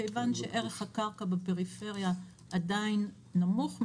כיוון שערך הקרקע בפריפריה עדיין נמוך מדיי,